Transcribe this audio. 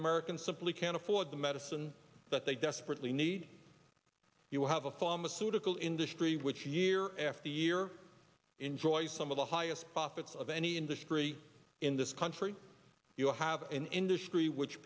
americans simply can't afford the medicine that they desperately need you have a pharmaceutical industry which year after year enjoy some of the highest profits of any industry in this country you have an industry which